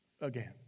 again